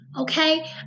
okay